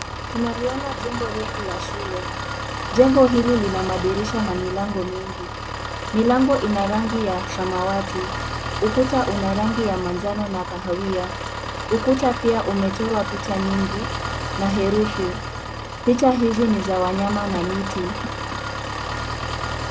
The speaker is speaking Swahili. Tunaliona jengo refu la shule. Jengo hili lina madirisha na milango mingi. Milango ina rangi ya samawati. Ukuta una rangi ya manjano na kahawia. Ukuta pia umechorwa picha nyingi na herefi. Picha hizi ni za wanyama na miti.